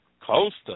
Costa